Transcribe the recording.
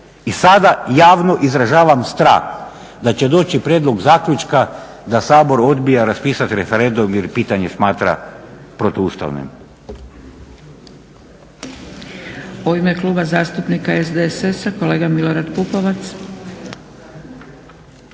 i sada javno izražavam strah da će doći prijedlog zaključka da Sabor odbija raspisati referendum jer pitanje smatra protuustavnim.